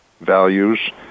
values